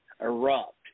erupt